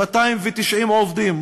290 עובדים,